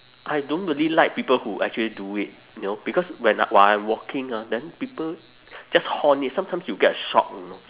I don't really like people who actually do it you know because when while I'm walking ah then people just horn it sometimes you get a shock you know